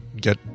get